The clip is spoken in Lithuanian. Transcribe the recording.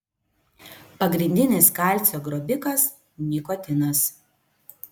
pagrindinis kalcio grobikas nikotinas